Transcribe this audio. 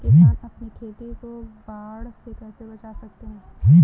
किसान अपनी खेती को बाढ़ से कैसे बचा सकते हैं?